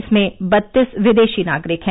इसमें बत्तीस विदेशी नागरिक हैं